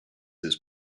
his